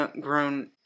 grown